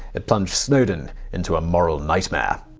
it plunged snowden into a moral nightmare.